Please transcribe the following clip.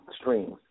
streams